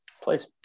Please